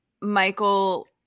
Michael